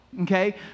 Okay